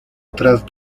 tras